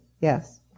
Yes